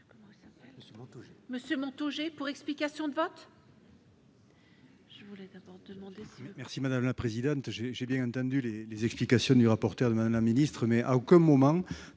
monsieur Montaugé pour explication de vote.